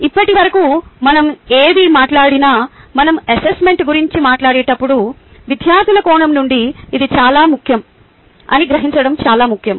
ఇప్పటివరకు మనం ఏది మాట్లాడినా మనం అసెస్మెంట్ గురించి మాట్లాడేటప్పుడు విద్యార్థుల కోణం నుండి ఇది చాలా ముఖ్యం అని గ్రహించడం చాలా ముఖ్యం